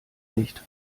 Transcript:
nicht